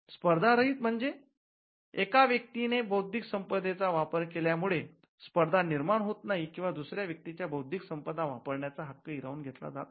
स्पर्धा रहित म्हणजे एका व्यक्तीने बौद्धिक संपदेचा वापर केल्यामुळे स्पर्धा निर्माण होत नाही किंवा दुसऱ्या व्यक्तीच्या बौद्धिक संपदा वापरण्याचा आनंद हिरावून घेतला जात नाही